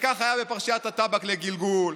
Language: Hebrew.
וככה היה בפרשת הטבק לגלגול,